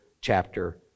chapter